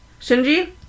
Shinji